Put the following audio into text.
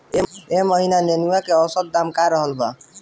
एह महीना नेनुआ के औसत दाम का रहल बा?